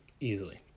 easily